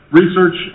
research